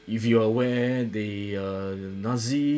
if you are aware they err nazi